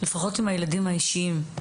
לפחות עם הילדים האישיים.